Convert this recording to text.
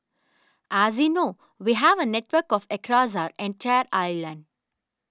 as you know we have a network of across our entire island